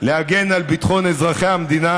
להגן על ביטחון אזרחי המדינה,